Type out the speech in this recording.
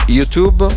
YouTube